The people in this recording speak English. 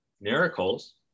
miracles